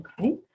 Okay